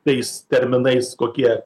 tais terminais kokie